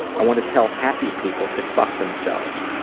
i want to tell happy people to fuck themselves.